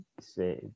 say